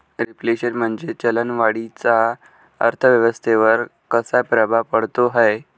Reflation म्हणजे चलन वाढीचा अर्थव्यवस्थेवर कसा प्रभाव पडतो है?